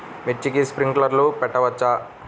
మిర్చికి స్ప్రింక్లర్లు పెట్టవచ్చా?